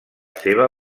seva